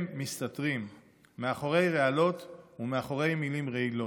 הם מסתתרים מאחורי רעלות ומאחורי מילים רעילות.